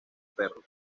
perro